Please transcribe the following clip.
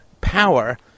power